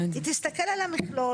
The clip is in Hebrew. היא תסתכל על המכלול.